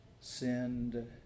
Send